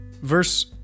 Verse